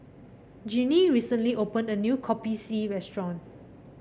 Jeannie recently opened a new Kopi C restaurant